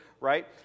right